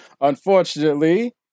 Unfortunately